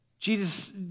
Jesus